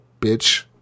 bitch